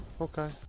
Okay